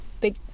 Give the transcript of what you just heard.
big